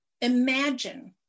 Imagine